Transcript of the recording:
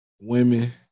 Women